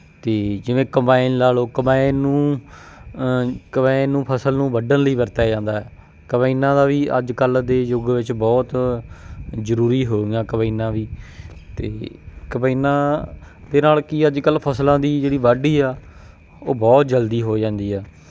ਅਤੇ ਜਿਵੇਂ ਕੰਬਾਈਨ ਲਾ ਲਓ ਕੰਬਾਈਨ ਨੂੰ ਕੰਬਾਈਨ ਨੂੰ ਫਸਲ ਨੂੰ ਵੱਢਣ ਲਈ ਵਰਤਿਆ ਜਾਂਦਾ ਹੈ ਕੰਬਾਈਨਾਂ ਦਾ ਵੀ ਅੱਜ ਕੱਲ੍ਹ ਦੇ ਯੁੱਗ ਵਿੱਚ ਬਹੁਤ ਜ਼ਰੂਰੀ ਹੋ ਗਈਆਂ ਕੰਬਾਈਨਾਂ ਵੀ ਅਤੇ ਕੰਬਾਈਨਾਂ ਦੇ ਨਾਲ ਕਿ ਅੱਜ ਕੱਲ੍ਹ ਫਸਲਾਂ ਦੀ ਜਿਹੜੀ ਵਾਢੀ ਆ ਉਹ ਬਹੁਤ ਜਲਦੀ ਹੋ ਜਾਂਦੀ ਆ